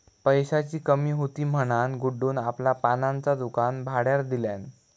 पैशाची कमी हुती म्हणान गुड्डून आपला पानांचा दुकान भाड्यार दिल्यान